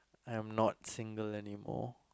I am not single anymore